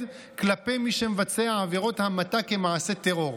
כלפי מי שמבצע עבירות המתה כמעשה טרור.